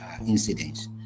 incidents